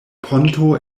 ponto